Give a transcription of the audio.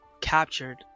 captured